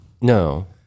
no